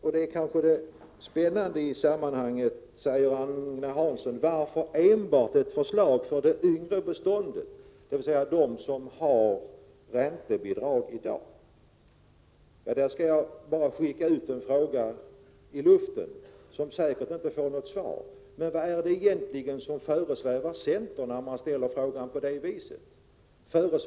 Vad som är spännande i sammanhanget är kanske Agne Hanssons fråga varför förslaget enbart är inriktat på det yngre beståndet, dvs. det som i dag har räntebidrag. Låt mig ställa en fråga, även om den säkerligen inte får något svar: Vad är det som egentligen föresvävar centern när man uttrycker sig på det viset?